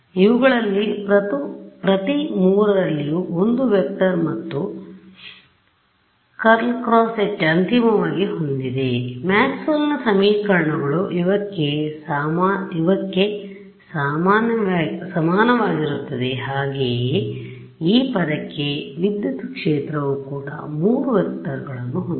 ಇವುಗಳಲ್ಲಿ ಪ್ರತಿ 3ರಲ್ಲಿಯೂ 1 ವೆಕ್ಟರ್ ಮತ್ತು∇ × H ಅಂತಿಮವಾಗಿ ಹೊಂದಿದೆ ಮ್ಯಾಕ್ಸ್ವೆಲ್ನ ಸಮೀಕರಣಗಳುMaxwell's equations ಇವಕ್ಕೆ ಸಮಾನವಾಗಿರುತ್ತದೆ ಹಾಗೆಯೇ ಈ ಪದಕ್ಕೆ ವಿದ್ಯುತ್ ಕ್ಷೇತ್ರವು ಕೂಡ 3 ವೆಕ್ಟರ್ ಗಳನ್ನು ಹೊಂದಿದೆ